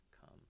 come